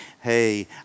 Hey